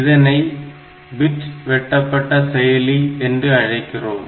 இதனை பிட் வெட்டப்பட்ட செயலி என்று அழைக்கிறோம்